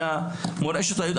מהמורשת היהודית.